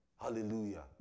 Hallelujah